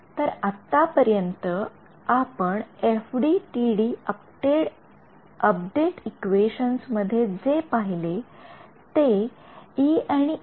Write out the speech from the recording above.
तर आत्ता पर्यंत आपण एफडीटीडी अपडेट इक्वेशन्स मध्ये जे पहिले ते E आणि H हे टोटल फील्ड्स आहेत